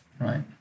right